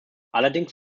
allerdings